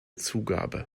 zugabe